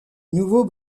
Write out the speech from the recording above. nouveau